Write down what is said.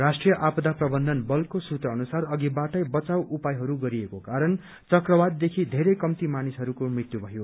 राष्ट्रीय आपदा प्रबन्धन वलको सूत्र अनुसार अधिबाटै बचाउ उपायहरू गरिएको कारण चक्रवातदेखि धेरै कम्ती मानिसहरूको मृत्यु भयो